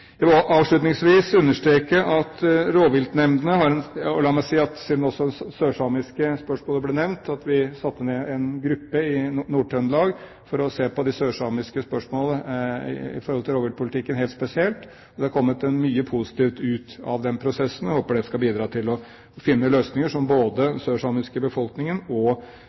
Siden også sørsamiske spørsmål ble nevnt, vil jeg si at vi satte ned en gruppe i Nord-Trøndelag for å se på sørsamiske spørsmål i forbindelse med rovdyrpolitikken helt spesielt. Det har kommet mye positivt ut av den prosessen. Jeg håper det vil bidra til at vi finner løsninger som den sørsamiske befolkningen både kan leve med og